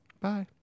Bye